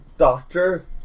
doctor